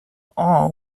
all